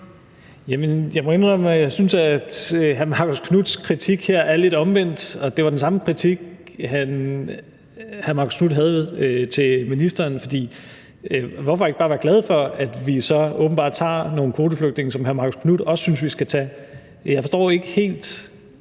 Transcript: jeg synes, hr. Marcus Knuths kritik her er lidt omvendt, og det var den samme kritik, hr. Marcus Knuth havde til ministeren. For hvorfor ikke bare være glad for, at vi så åbenbart tager nogle kvoteflygtninge, som hr. Marcus Knuth også synes vi skal tage? Jeg forstår ikke helt,